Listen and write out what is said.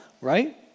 right